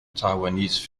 taiwanese